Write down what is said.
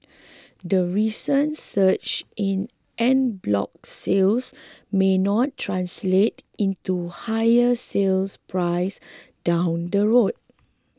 the recent surge in En bloc sales may not translate into higher sale price down the road